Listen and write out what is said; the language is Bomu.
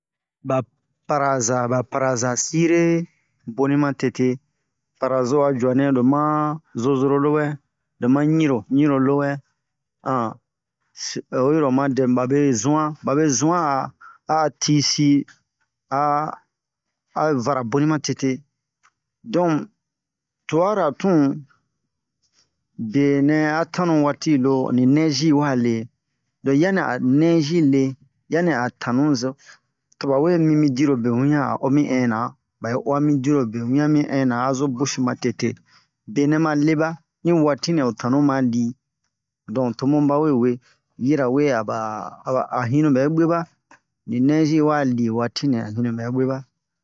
ba paraza ba paraza sire boni ma tete parazo a juanɛ lo ma zozoro lo wɛ lo ma ɲiro ɲiro lowɛ si oyi ro oma dɛ mu babe zu'an baba zu'an a a tisi a a vara boni ma tete don tubara tun benɛ a tanu waati i lo ni nɛji yi wa le lo yani a nɛji le yani a tanu zo to ba we mimi dirobe wian a o mi inna ba'i uwa mi dirobe wian mi inna a zo bosi ma tete benɛ ma le ba ni waati nɛ ho tanu ma li don to mu ba we we yirawe a ba a yinu bɛ bwe ba ni nɛji hi wa li waati nɛ a hinu bɛ bwe ba